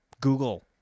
Google